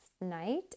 night